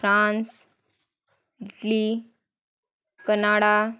France Italy Canada